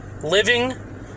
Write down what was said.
Living